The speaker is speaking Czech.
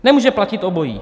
Nemůže platit obojí.